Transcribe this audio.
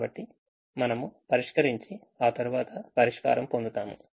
కాబట్టి మనము పరిష్కరించి ఆ తరువాత పరిష్కారం పొందుతాము